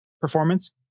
performance